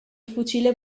fucile